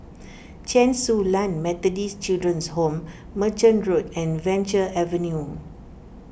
Chen Su Lan Methodist Children's Home Merchant Road and Venture Avenue